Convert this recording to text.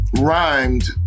rhymed